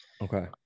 okay